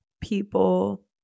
People